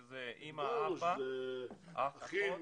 שזה אמא, אבא, אח ואחות?